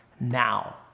now